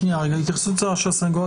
התייחסות קצרה של הסנגוריה